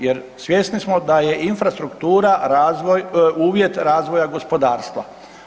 Jer svjesni smo da je infrastruktura uvjet razvoja gospodarstva.